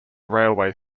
railway